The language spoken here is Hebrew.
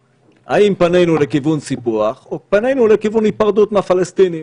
האם מישהו בחדר הזה מתכוון לאכוף את הגבלת הגדילה של